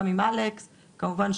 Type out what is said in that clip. גם עם אלכס כמובן,